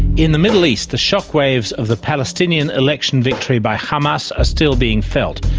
in the middle east, the shockwaves of the palestinian election victory by hamas are still being felt,